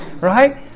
right